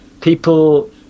people